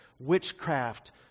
witchcraft